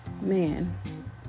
Man